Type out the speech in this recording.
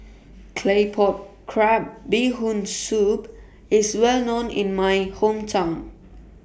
Claypot Crab Bee Hoon Soup IS Well known in My Hometown